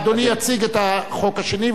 אדוני יציג את החוק השני,